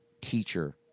teacher